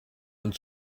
and